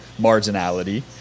marginality